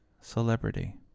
celebrity